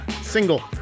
single